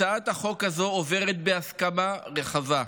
הצעת החוק הזאת עוברת בהסכמה רחבה,